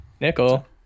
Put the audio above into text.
Nickel